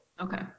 Okay